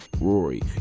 rory